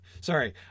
Sorry